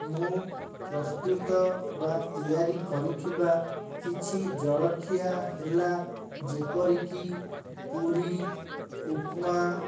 ମୁଁ ପ୍ରସ୍ତୁତ ବା ତିଆରି କରିଥିବା କିଛି ଜଳଖିଆ ହେଲା ଯେପରିକି ପୁରି ଉପମା